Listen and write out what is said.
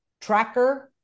tracker